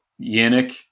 Yannick